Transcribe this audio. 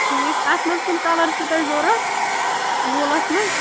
ٹھیٖک اَتھ منٛز کٕم کَلر چھِو تۄہہِ ضروٗرت ووٗلَس منٛز